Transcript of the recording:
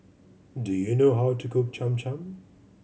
do you know how to cook Cham Cham